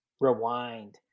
rewind